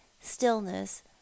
stillness